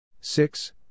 Six